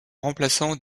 remplaçant